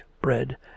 bread